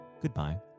goodbye